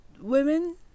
women